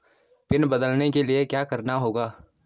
Pin बदलने के लिए क्या करना होगा?